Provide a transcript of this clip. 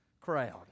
crowd